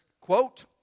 quote